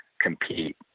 compete